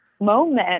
moment